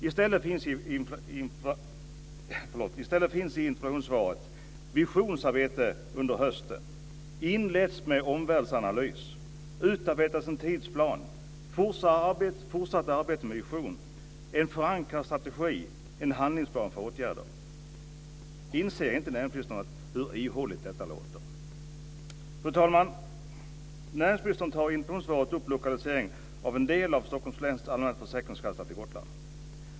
I stället står det i interpellationssvaret: visionsarbete under hösten, inletts med omvärldsanalys, utarbetas en tidsplan, fortsatt arbete med visionen, en förankrad strategi, en handlingsplan för åtgärder. Inser inte näringsministern hur ihåligt detta låter? Fru talman! I interpellationssvaret tar näringsministern upp lokaliseringen av en del av Stockholms läns allmänna försäkringskassa till Gotland.